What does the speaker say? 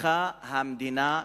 לקחה המדינה,